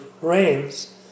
rains